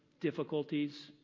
difficulties